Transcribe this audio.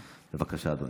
בבקשה, אדוני.